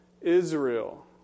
Israel